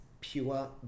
pure